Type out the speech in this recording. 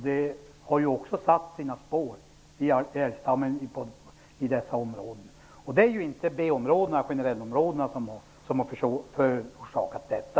Det har också satt sina spår på älgstammen i dessa områden. Det är inte B-områdena och generellområdena som har förorsakat detta.